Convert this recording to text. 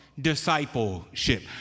discipleship